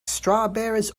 strawberries